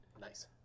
Nice